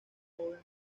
joven